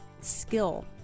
skill